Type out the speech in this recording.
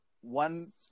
one